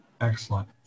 Excellent